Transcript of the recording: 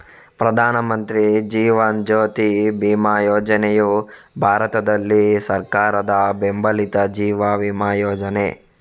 ಪ್ರಧಾನ ಮಂತ್ರಿ ಜೀವನ್ ಜ್ಯೋತಿ ಬಿಮಾ ಯೋಜನೆಯು ಭಾರತದಲ್ಲಿ ಸರ್ಕಾರದ ಬೆಂಬಲಿತ ಜೀವ ವಿಮಾ ಯೋಜನೆ